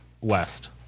west